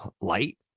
light